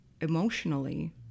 emotionally